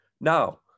Now